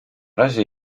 razie